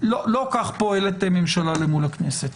לא כך פועלת ממשלה מול הכנסת.